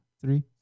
three